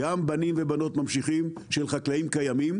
גם בנים ובנות ממשיכים של חקלאים קיימים.